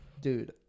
Dude